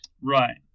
Right